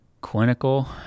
clinical